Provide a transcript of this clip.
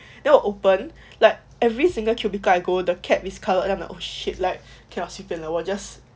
then 我 open like every single cubicle I go the cap is covered then I'm like oh shit like cannot just 随便了